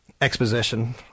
exposition